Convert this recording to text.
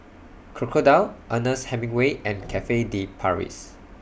Crocodile Ernest Hemingway and Cafe De Paris